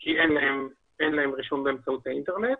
כי אן להן רישום באמצעות האינטרנט,